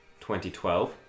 2012